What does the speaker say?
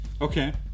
Okay